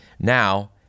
now